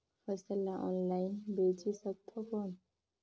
फसल ला ऑनलाइन बेचे सकथव कौन?